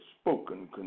spoken